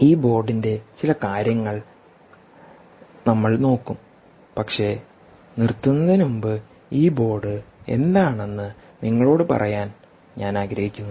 ഈ ബോർഡിന്റെ ചില കാര്യങ്ങൾ നമ്മൾ നോക്കും പക്ഷേ നിർത്തുന്നതിന് മുമ്പ് ഈ ബോർഡ് എന്താണെന്ന് നിങ്ങളോട് പറയാൻ ഞാൻ ആഗ്രഹിക്കുന്നു